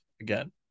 again